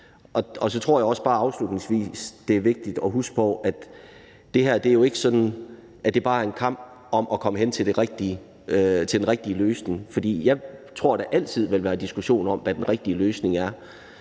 tror jeg så også bare, at det er vigtigt at huske på, at det her jo ikke bare er en kamp om at komme hen til den rigtige løsning. For jeg tror, at der altid vil være en diskussion om, hvad den rigtige løsning er.